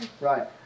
right